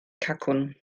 cacwn